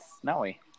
snowy